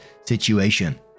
situation